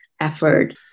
effort